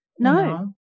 No